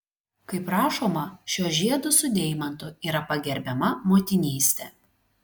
kaip rašoma šiuo žiedu su deimantu yra pagerbiama motinystė